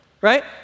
Right